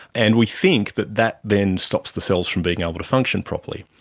and we think that that then stops the cells from being able to function properly.